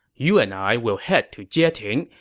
you and i will head to jieting,